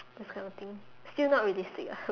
those kind of thing still not realistic lah